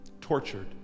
tortured